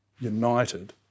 united